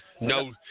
no